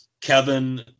Kevin